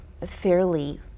fairly